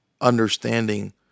understanding